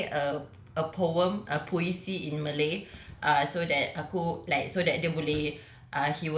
err say a a poem a puisi in malay err so that aku like so that dia boleh